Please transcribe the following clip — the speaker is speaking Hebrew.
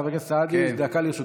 חבר הכנסת סעדי, דקה לרשותך.